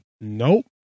Nope